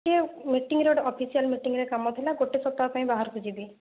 ସିଏ ମିଟିଙ୍ଗର ଗୋଟିଏ ଅଫିସିଆଲ ମିଟିଙ୍ଗରେ କାମ ଥିଲା ଗୋଟିଏ ସପ୍ତାହ ପାଇଁ ବାହାରକୁ ଯିବି